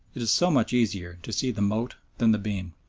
it is so much easier to see the mote than the beam!